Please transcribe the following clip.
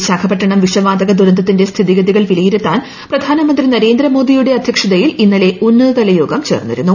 വിശാഖപട്ടണം വിഷവാതക ദുരന്തത്തിന്റെ സ്ഥിതിഗതികൾ വിലയിരുത്താൻ പ്രധാനമന്ത്രി നരേന്ദ്രമോദിയുടെ അധ്യക്ഷതയിൽ ഇന്നലെ ഉന്നതതല യോഗം ചേർന്നിരുന്നു